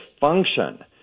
function